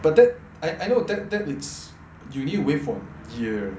but tha~ that it's you need to wait for years